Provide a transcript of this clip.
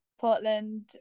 Portland